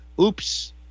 Oops